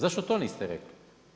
Zašto to niste rekli?